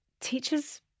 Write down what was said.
Teachers